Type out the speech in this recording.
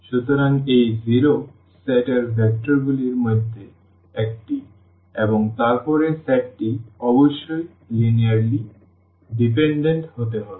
সুতরাং এই 0 সেট এর ভেক্টরগুলির মধ্যে একটি এবং তারপরে সেটটি অবশ্যই লিনিয়ারলি ডিপেন্ডেন্ট হতে হবে